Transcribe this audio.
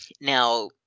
now